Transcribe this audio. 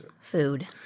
Food